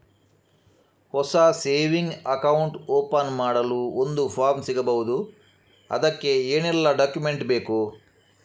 ಹೊಸ saving account open ಮಾಡಲು ಒಂದು ಫಾರ್ಮ್ ಸಿಗಬಹುದು? ಅದಕ್ಕೆ ಏನೆಲ್ಲಾ ಡಾಕ್ಯುಮೆಂಟ್ಸ್ ಬೇಕು?